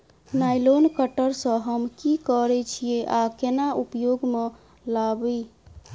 Nylon cutter सँ हम की करै छीयै आ केना उपयोग म लाबबै?